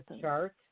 chart